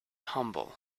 humble